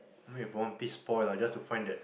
what if one piece spoil just to find that